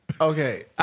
Okay